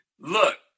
Look